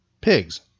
pigs